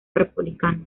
republicano